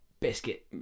Biscuit